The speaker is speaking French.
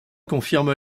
confirme